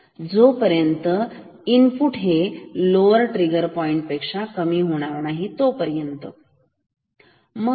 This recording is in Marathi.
जोपर्यंत इनपुट हे लोवर ट्रिगर पॉईंट पेक्षा कमी होणार नाही तोपर्यंत आउटपुट पॉझिटिव राहील